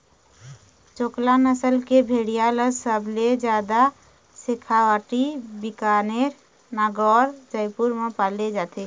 चोकला नसल के भेड़िया ल सबले जादा सेखावाटी, बीकानेर, नागौर, जयपुर म पाले जाथे